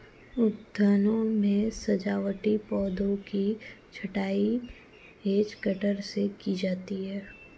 उद्यानों में सजावटी पौधों की छँटाई हैज कटर से की जाती है